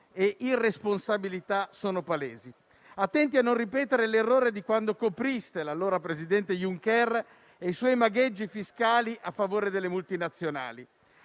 e irresponsabilità sono palesi. Attenti a non ripetere l'errore di quando copriste l'allora presidente Junker e i suoi magheggi fiscali a favore delle multinazionali.